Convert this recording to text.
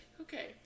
Okay